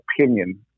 opinion